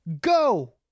go